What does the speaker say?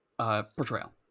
Portrayal